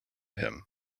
him